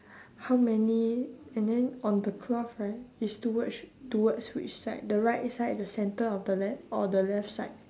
how many and then on the cloth right is towards towards which side the right side the center of the left or the left side